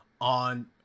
on